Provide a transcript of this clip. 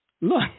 Look